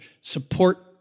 support